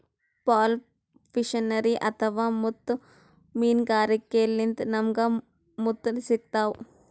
pearl fisheries ಅಥವಾ ಮುತ್ತ್ ಮೀನ್ಗಾರಿಕೆಲಿಂತ್ ನಮ್ಗ್ ಮುತ್ತ್ ಸಿಗ್ತಾವ್